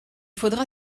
faudra